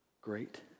great